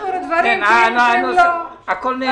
הכול נאמר.